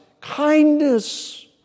kindness